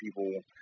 people